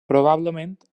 probablement